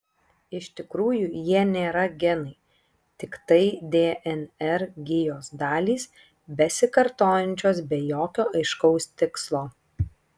iš tikrųjų jie nėra genai tiktai dnr gijos dalys besikartojančios be jokio aiškaus tikslo